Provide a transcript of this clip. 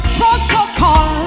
protocol